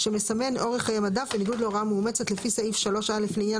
שהוא גם סעיף מקביל שמופיע